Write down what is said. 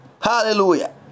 Hallelujah